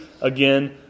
again